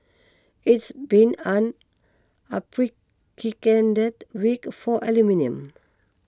it's been an unprecedented week for aluminium